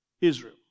Israel